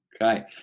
Okay